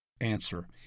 Answer